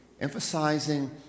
emphasizing